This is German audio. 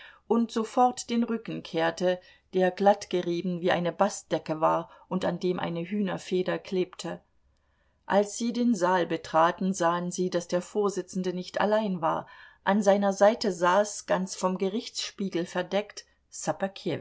und sofort den rücken kehrte der glattgerieben wie eine bastdecke war und an dem eine hühnerfeder klebte als sie den saal betraten sahen sie daß der vorsitzende nicht allein war an seiner seite saß ganz vom gerichtsspiegel verdeckt